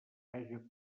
haja